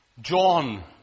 John